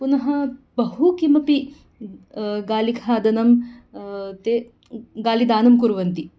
पुनः बहु किमपि गालिखादनं ते गालिदानं कुर्वन्ति